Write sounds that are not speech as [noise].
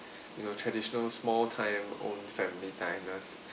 [breath] you know traditional small time owned family diners